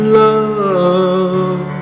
love